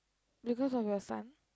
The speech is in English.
because of your son